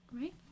Right